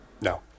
No